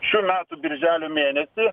šių metų birželio mėnesį